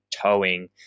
towing